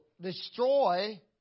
destroy